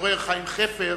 המשורר חיים חפר,